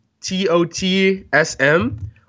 T-O-T-S-M